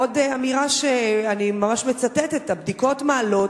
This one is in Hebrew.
עוד אמירה שאני ממש מצטטת: "הבדיקות מעלות